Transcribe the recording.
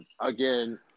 again